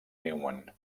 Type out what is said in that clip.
newman